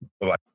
Bye-bye